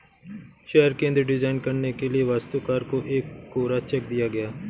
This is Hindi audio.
शहर केंद्र डिजाइन करने के लिए वास्तुकार को एक कोरा चेक दिया गया